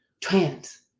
trans